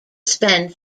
spends